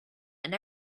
and